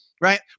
right